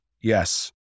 yes